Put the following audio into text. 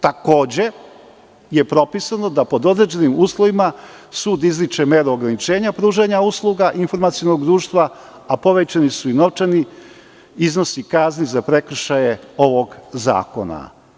Takođe je propisano da pod određenim uslovima sud izriče meru ograničenja pružanja usluga informacionog društva a povećani su i novčani iznosi kazni za prekršaje ovog zakona.